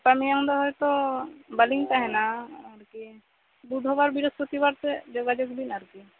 ᱜᱟᱯᱟ ᱢᱮᱭᱟᱝ ᱫᱚ ᱦᱳᱭᱛᱳ ᱵᱟᱞᱤᱧ ᱛᱟᱦᱮᱸᱱᱟ ᱟᱨᱠᱤ ᱵᱩᱫᱷᱚᱵᱟᱨ ᱵᱤᱨᱚᱥᱯᱚᱛᱤᱵᱟᱨ ᱥᱮᱡ ᱡᱳᱜᱟᱡᱳᱜ ᱵᱮᱱ ᱟᱨᱠᱤ